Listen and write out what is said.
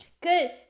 Good